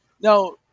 Now